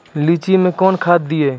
लीची मैं कौन खाद दिए?